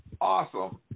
awesome